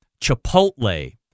Chipotle